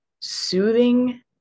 soothing